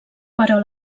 però